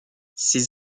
ses